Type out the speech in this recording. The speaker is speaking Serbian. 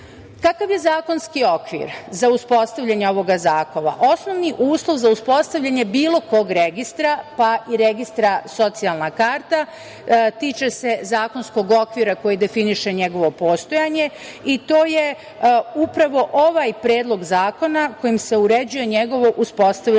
je zakonski okvir za uspostavljanje ovoga zahteva? Osnovni uslov za uspostavljanje bilo kog registra, pa i registra socijalna karta tiče se zakonskog okvira koji definiše njegovo postojanje i to je upravo ovaj predlog zakona kojim se uređuje njegovo uspostavljanje